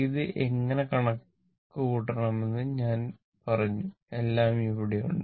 ഇത് എങ്ങനെ കണക്കുകൂട്ടണമെന്ന് ഞാൻ പറഞ്ഞു എല്ലാം ഇവിടെയുണ്ട്